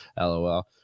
LOL